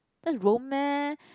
that's Rome meh